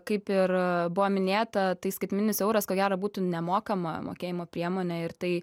kaip ir buvo minėta tai skaitmeninis euras ko gero būtų nemokama mokėjimo priemonė ir tai